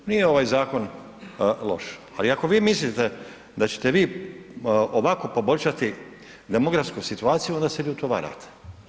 Nije ovaj zakon loš, ali ako vi mislite da ćete vi ovako poboljšati demografsku situaciju onda se ljuto varate.